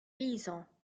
paysans